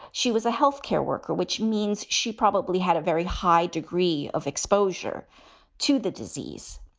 she was a health care worker, which means she probably had a very high degree of exposure to the disease.